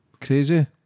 Crazy